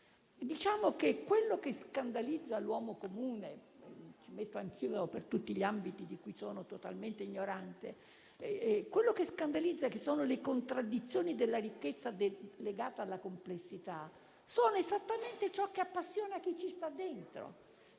Diciamo che quello che scandalizza l'uomo comune - mi ci metto anch'io per tutti gli ambiti di cui sono totalmente ignorante - e che sono le contraddizioni della ricchezza legata alla complessità sono esattamente ciò che appassiona chi ci sta dentro,